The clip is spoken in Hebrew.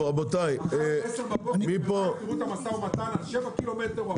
מחר יש משא ומתן על 430 שקל,